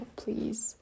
please